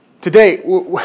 Today